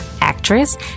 actress